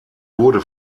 wurde